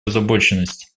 озабоченность